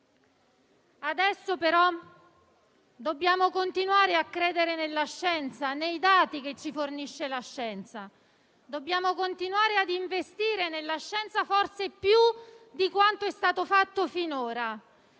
Adesso però dobbiamo continuare a credere nella scienza e nei dati che essa ci fornisce. Dobbiamo continuare ad investire nella scienza forse più di quanto è stato fatto finora,